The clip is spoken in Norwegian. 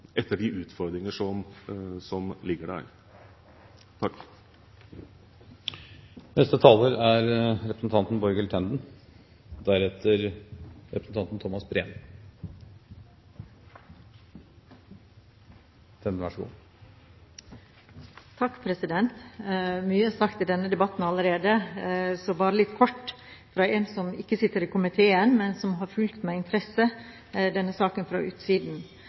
etter de utfordringer som ligger der. Mye er sagt i denne debatten allerede, så bare litt kort fra en som ikke sitter i komiteen, men som har fulgt denne saken med interesse fra